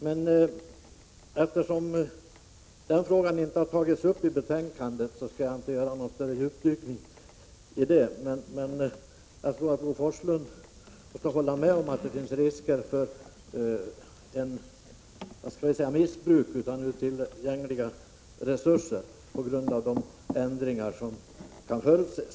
Men eftersom den frågan inte berörs i betänkandet, skall jag inte göra någon djupdykning i det avseendet. Men jag tror att Forslund kan hålla med om att det finns risker för missbruk av tillgängliga resurser på grund av de ändringar som kan förutses.